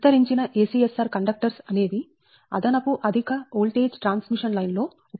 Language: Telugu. విస్తరించిన ACSR కండక్టర్స్ అనే వి అదనపు అధిక ఓల్టేజ్ ట్రాన్స్ మిషన్ లైన్ లో ఉపయోగిస్తారు